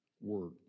work